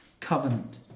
covenant